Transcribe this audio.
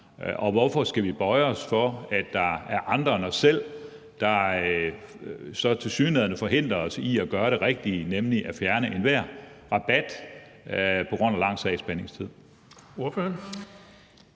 og hvorfor vi skal bøje os for, at der er andre, der så tilsyneladende forhindrer os i at gøre det rigtige, nemlig at fjerne enhver rabat på grund af lang sagsbehandlingstid?